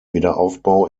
wiederaufbau